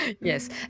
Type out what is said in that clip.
Yes